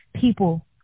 people